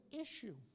issue